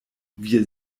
wir